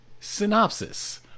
Synopsis